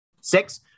Six